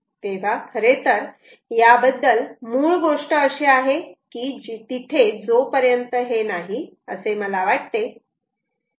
तेव्हा खरेतर याबद्दल मूळ गोष्ट अशी आहे की तिथे जोपर्यंत हे नाही असे मला वाटते